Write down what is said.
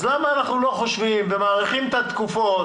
למה אנחנו לא חושים ומאריכים את התקופות